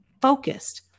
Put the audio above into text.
focused